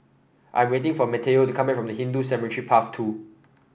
I'm waiting for Matteo to come back from Hindu Cemetery Path Two